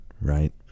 right